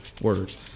words